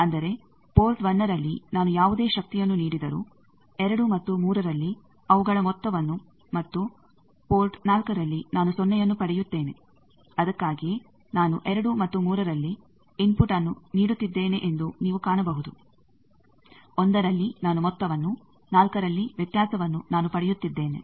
ಅಂದರೆ ಪೋರ್ಟ್ 1ರಲ್ಲಿ ನಾನು ಯಾವುದೇ ಶಕ್ತಿಯನ್ನು ನೀಡಿದರೂ 2 ಮತ್ತು 3ರಲ್ಲಿ ಅವುಗಳ ಮೊತ್ತವನ್ನು ಮತ್ತು ಪೋರ್ಟ್4ರಲ್ಲಿ ನಾನು ಸೊನ್ನೆಯನ್ನು ಪಡೆಯುತ್ತೇನೆ ಅದಕ್ಕಾಗಿಯೇ ನಾನು 2 ಮತ್ತು 3ರಲ್ಲಿ ಇನ್ಫುಟ್ಅನ್ನು ನೀಡುತ್ತಿದ್ದೇನೆ ಎಂದೂ ನೀವು ಕಾಣಬಹುದು 1ರಲ್ಲಿ ನಾನು ಮೊತ್ತವನ್ನು 4ರಲ್ಲಿ ವ್ಯತ್ಯಾಸವನ್ನು ನಾನು ಪಡೆಯುತ್ತಿದ್ದೇನೆ